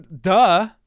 duh